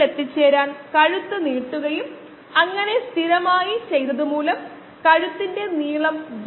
xv0xv10 തുടർന്ന് നമുക്ക് decimal reduction സമയം D എന്നത് 2